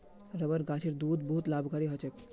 rubber गाछेर दूध बहुत लाभकारी ह छेक